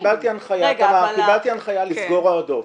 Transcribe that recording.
קיבלתי הנחייה לסגור הועדות.